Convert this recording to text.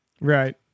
Right